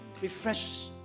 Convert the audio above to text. refresh